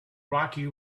rocky